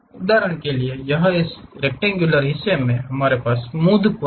उदाहरण के लिए यहां उस रेक्टङ्ग्युल हिस्से में हमारे पास स्मूध कोने हैं